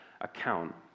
account